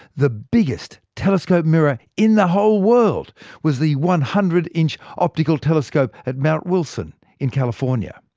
the biggest telescope mirror in the whole world was the one hundred inch optical telescope at mount wilson in california.